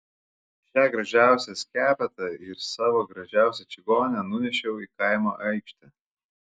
šią gražiausią skepetą ir savo gražiausią čigonę nunešiau į kaimo aikštę